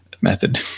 method